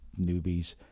newbies